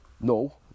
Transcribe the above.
No